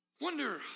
Wonder